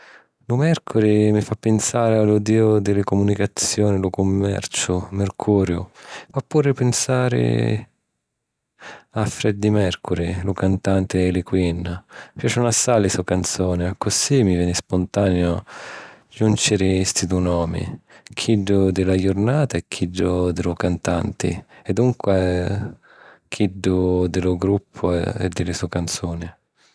Lu mèrcuri mi fa pinsari a lu diu di li comunicazioni e lu cummerciu, Mercuriu. Mi fa puru pinsari a Freddy Mercuri, lu cantanti di li Queen. Mi piàcinu assai li so' canzuni, accussì mi veni spontaniu jùnciri sti dui nomi, chiddu di la jurnata e chiddu di lu cantanti, e dunca chiddu di lu gruppu e di li so' canzuni.